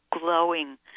glowing